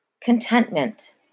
Contentment